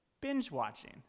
binge-watching